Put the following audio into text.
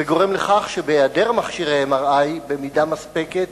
וגורם לכך שבהעדר מכשירי MRI במידה מספקת